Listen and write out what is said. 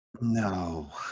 No